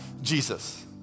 Jesus